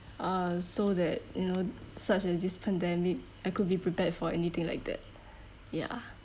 uh so that you know such as this pandemic I could be prepared for anything like that ya